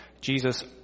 Jesus